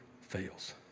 fails